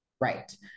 Right